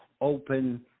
open